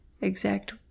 exact